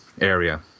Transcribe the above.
area